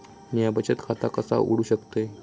म्या बचत खाता कसा उघडू शकतय?